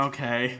Okay